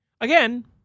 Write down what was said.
Again